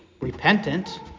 repentant